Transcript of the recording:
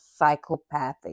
psychopathy